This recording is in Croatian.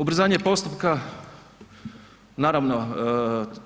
Ubrzanje postupka, naravno